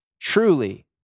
Truly